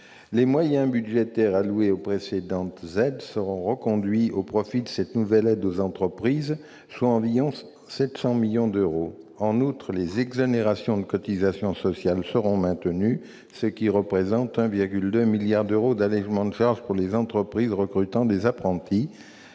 Les moyens budgétaires alloués aux précédentes aides seront reconduits au profit de cette nouvelle aide aux entreprises, soit environ 700 millions d'euros. En outre, les exonérations de cotisations sociales seront maintenues, ce qui représente 1,2 milliard d'euros d'allégement de charges pour les entreprises recrutant des apprentis.